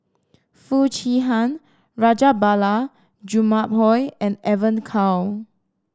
Foo Chee Han Rajabali Jumabhoy and Evon Kow